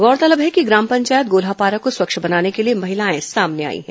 गौरतलब है कि ग्राम पंचायत गोल्हापारा को स्वच्छ बनाने के लिए महिलाए सामने आई हैं